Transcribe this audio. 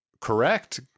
correct